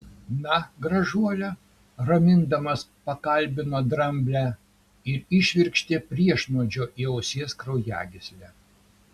na gražuole ramindamas pakalbino dramblę ir įšvirkštė priešnuodžio į ausies kraujagyslę